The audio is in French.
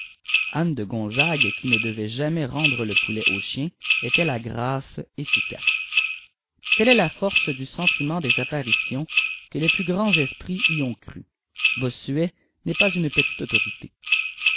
anne de gonzague qui ne devait jamais rendre le poulet au chien était la grâce efficace telle est la force du sentiment des apparitions que les plus grands esprits y ont cru bossuet n'est pas une petite autorité